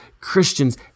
Christians